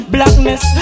Blackness